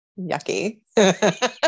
Yucky